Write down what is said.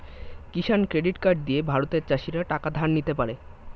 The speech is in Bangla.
কিষান ক্রেডিট কার্ড দিয়ে ভারতের চাষীরা টাকা ধার নিতে পারে